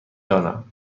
دانم